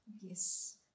Yes